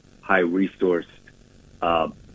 high-resourced